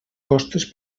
costes